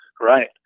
Right